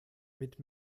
mit